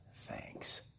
thanks